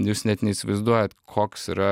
jūs net neįsivaizduojat koks yra